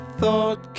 thought